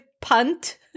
punt